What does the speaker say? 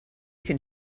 can